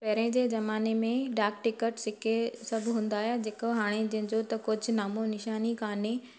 पहिरीं जे ज़माने में डाक टिकट जेके सभु हूंदा हुया जेको हाणे जंहिंजो त कुझु नामो निशानु ई कान्हे